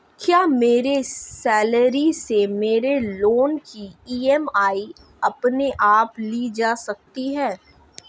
क्या मेरी सैलरी से मेरे लोंन की ई.एम.आई अपने आप ली जा सकती है?